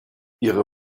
ihre